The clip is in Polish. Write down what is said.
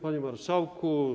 Panie Marszałku!